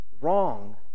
wrong